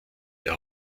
der